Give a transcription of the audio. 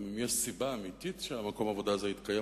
גם אם יש סיבה אמיתית שמקום העבודה הזה יתקיים,